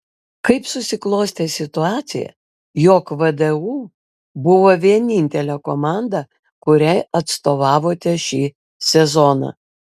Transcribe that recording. kaip susiklostė situacija jog vdu buvo vienintelė komanda kuriai atstovavote šį sezoną